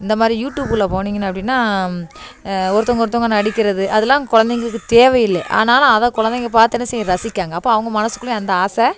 இந்த மாதிரி யூட்யூப்ல போனிங்கன்னால் அப்படின்னா ஒருத்தவங்கள் ஒருத்தவங்கள் நடிக்கிறது அதெலாம் குலந்தைங்களுக்கு தேவை இல்லை ஆனாலும் அதை குலந்தைங்க பார்த்து என்ன செய்கிறது ரசிக்காங்க அவங்க மனசுக்குள்ளேயும் அந்த ஆசை